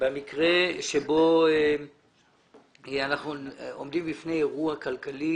במקרה שבו אנחנו עומדים בפני אירוע כלכלי